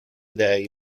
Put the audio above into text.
dèi